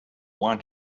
want